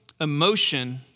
emotion